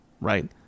right